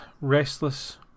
restless